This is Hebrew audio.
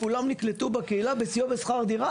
כולם נקלטו בקהילה בסיוע לשכר דירה,